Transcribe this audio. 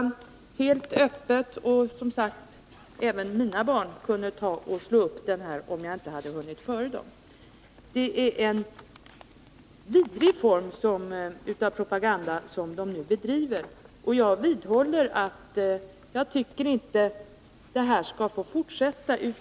Den kom helt öppet — och även mina barn kunde ha slagit upp dessa bilder, om jag inte hade hunnit före. Det är en vidrig form av propaganda som Pro Life-rörelsen bedriver. Och jag vidhåller att detta inte bör få fortsätta.